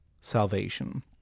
salvation